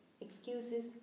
Excuses